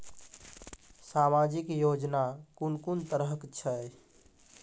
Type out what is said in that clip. समाजिक योजना कून कून तरहक छै?